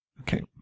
okay